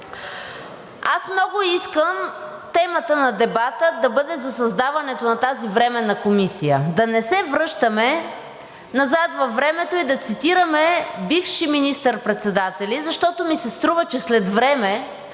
Аз много искам темата на дебата да бъде за създаването на тази временна комисия, да не се връщаме назад във времето и да цитираме бивши министър-председатели, защото ми се струва, че след време,